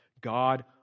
God